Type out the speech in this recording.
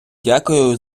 дякую